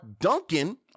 Duncan